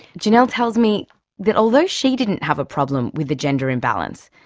janel tells me that although she didn't have a problem with the gender imbalance,